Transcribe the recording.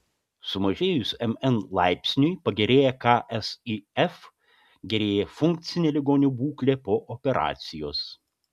sumažėjus mn laipsniui pagerėja ksif gerėja funkcinė ligonių būklė po operacijos